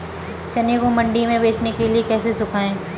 चने को मंडी में बेचने के लिए कैसे सुखाएँ?